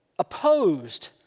opposed